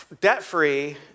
debt-free